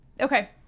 Okay